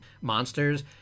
monsters